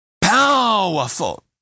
Powerful